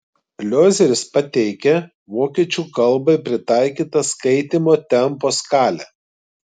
liozeris pateikia vokiečių kalbai pritaikytą skaitymo tempo skalę